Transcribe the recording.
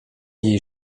jej